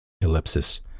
Ellipsis